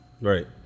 Right